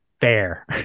fair